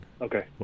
Okay